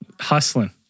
Hustling